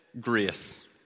grace